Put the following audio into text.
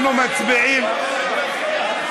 אנחנו מצביעים,